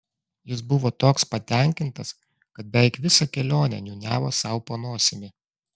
jis buvo toks patenkintas kad beveik visą kelionę niūniavo sau po nosimi